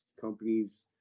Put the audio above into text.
companies